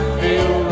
feel